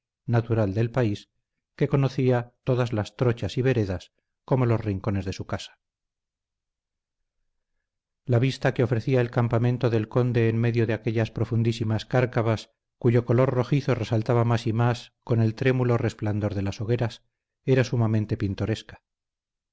natural del país que conocía todas las trochas y veredas como los rincones de su casa la vista que ofrecía el campamento del conde en medio de aquellas profundísimas cárcavas cuyo color rojizo resaltaba más y más con el trémulo resplandor de las hogueras era sumamente pintoresca